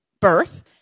birth